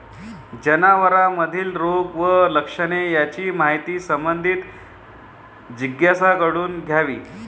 जनावरांमधील रोग व लक्षणे यांची माहिती संबंधित तज्ज्ञांकडून घ्यावी